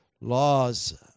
Laws